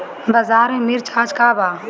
बाजार में मिर्च आज का बा?